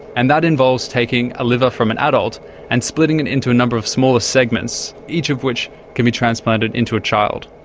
and that involves taking a liver and from an adult and splitting it into a number of smaller segments, each of which can be transplanted into a child.